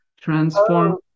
Transform